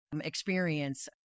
experience